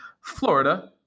Florida